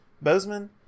Bozeman